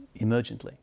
emergently